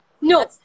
No